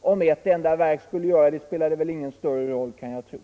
Om ett enda verk skulle göra det spelar ingen större roll, kan ee jag tro.